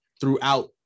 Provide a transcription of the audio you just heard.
throughout